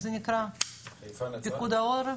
--- פקע"ר.